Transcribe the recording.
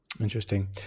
Interesting